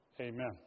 Amen